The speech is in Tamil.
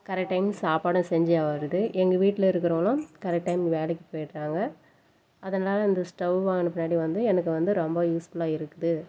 கரெக்ட் டைம் சாப்பாடும் செஞ்சு ஆகிறது எங்கள் வீட்டில் இருக்கிறவுங்களும் கரெக்ட் டைம் வேலைக்கு போயிடுறாங்க அதனால் இந்த ஸ்டவ் வாங்கின பின்னாடி வந்து எனக்கு வந்து ரொம்ப யூஸ்ஃபுல்லாக இருக்குது